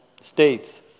states